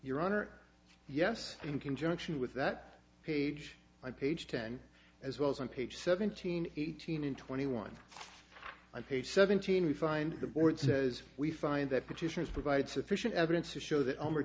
your honor yes in conjunction with that page by page ten as well as on page seventeen eighteen and twenty one by page seventeen we find the board says we find that petitioners provided sufficient evidence to show that